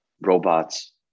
robots